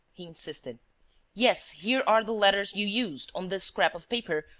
he insisted yes, here are the letters you used. on this scrap of paper.